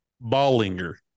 Ballinger